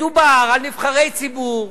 מדובר בנבחרי ציבור,